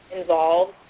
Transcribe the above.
involved